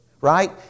right